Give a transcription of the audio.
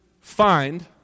find